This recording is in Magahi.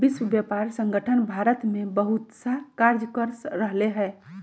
विश्व व्यापार संगठन भारत में बहुतसा कार्य कर रहले है